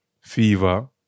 Fever